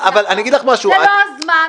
אני אגיד לך משהו --- זה לא הזמן,